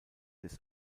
des